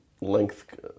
length